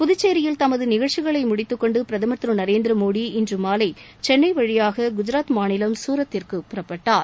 புதுச்சேரியில் தமது நிகழ்ச்சிகளை முடித்துக் கொண்டு பிரதமர் திரு நரேந்திரமோடி இன்று மாலை சென்னை வழியாக குஜராத் மாநிலம் குரத்திற்கு புறப்பட்டார்